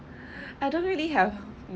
I don't really have